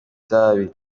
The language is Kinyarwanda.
itabi